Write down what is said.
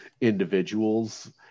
individuals